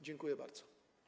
Dziękuję bardzo.